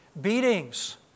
Beatings